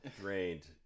Drained